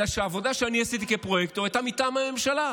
אלא שהעבודה שאני עשיתי כפרויקטור הייתה מטעם הממשלה.